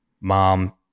Mom